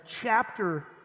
chapter